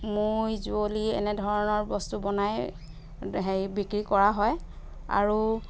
মৈ যুৱলি এনেধৰণৰ বস্তু বনাই হেৰি বিক্ৰী কৰা হয় আৰু